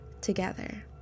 together